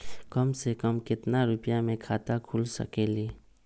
कम से कम केतना रुपया में खाता खुल सकेली?